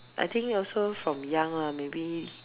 I think also from young lah maybe